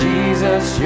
Jesus